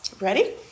Ready